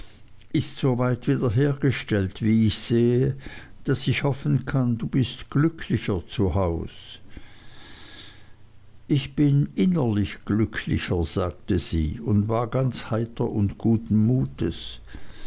ist soweit wiederhergestellt wie ich sehe daß ich hoffen kann du bist glücklicher zu haus ich bin innerlich glücklicher sagte sie und war ganz heiter und guten mutes